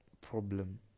problem